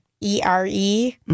E-R-E